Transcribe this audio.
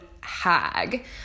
hag